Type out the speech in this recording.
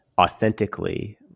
authentically